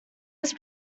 was